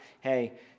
hey